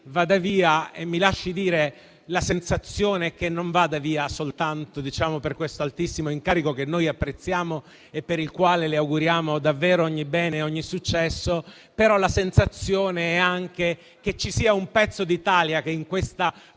vada via e - me lo lasci dire - la sensazione che non vada via soltanto per questo altissimo incarico, che noi apprezziamo e per il quale le auguriamo davvero ogni bene e ogni successo, dà anche il sentore che ci sia un pezzo d'Italia che in questa